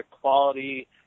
quality